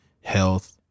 health